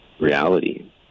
reality